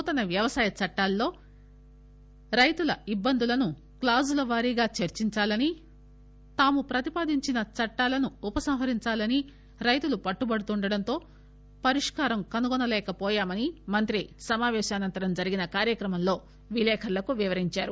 నూతన వ్యవసాయ చట్టాల్లో రైతుల ఇబ్బందులను క్లాజుల వారీగా చర్చించాలని తాము ప్రతిపాదించనీ చట్టాలని ఉపసంహరిందాలని రైతులు పట్టుబడుతుండటంతో పరిష్కారం కనుగొనలేకవోయామని మంత్రి సమాపేశనంతరం జరిగిన కార్యక్రమంలో విలేఖరులకు వివరించారు